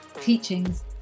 teachings